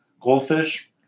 goldfish